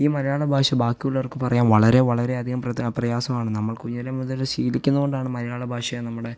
ഈ മലയാള ഭാഷ ബാക്കി ഉള്ളവർക്ക് പറയാൻ വളരെ വളരെയധികം പ്രയാസമാണ് നമ്മൾ കുഞ്ഞിലെ മുതല് ശീലിക്കുന്നത് കൊണ്ടാണ് മലയാള ഭാഷയെ നമ്മുടെ